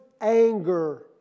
anger